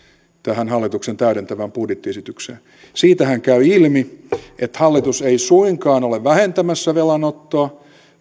hallituksen täydentävään budjettiesitykseen siitähän käy ilmi että hallitus ei suinkaan ole vähentämässä velanottoa